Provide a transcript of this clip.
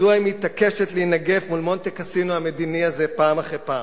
מדוע היא מתעקשת להינגף מול מונטה קסינו המדיני הזה פעם אחרי פעם?